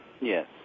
Yes